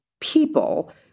people